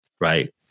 right